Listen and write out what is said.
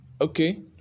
Okay